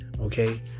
okay